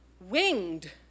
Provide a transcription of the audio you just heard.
winged